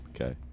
Okay